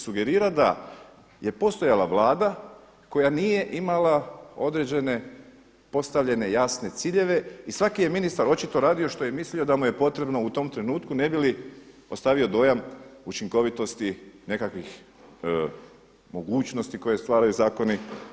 Sugerira da je postojala vlada koja nije imala određene postavljene jasne ciljeve i svaki je ministar očito radio što je mislio da je mu je potrebno u tom trenutku ne bi li ostavio dojam učinkovitosti nekakvih mogućnosti koje stvaraju zakoni.